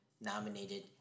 nominated